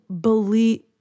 believe